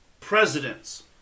presidents